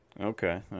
Okay